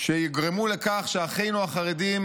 שיגרמו לכך שאחינו החרדים